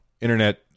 internet